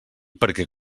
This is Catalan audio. perquè